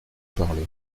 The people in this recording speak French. parler